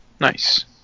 nice